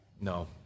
No